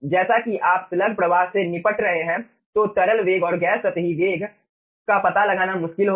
जैसा कि आप स्लग प्रवाह से निपट रहे हैं तो तरल वेग और गैस सतही वेग का पता लगाना मुश्किल होगा